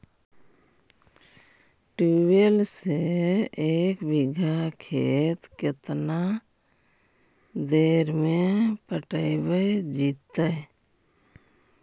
Tubewell से एक बिघा खेत केतना देर में पटैबए जितै?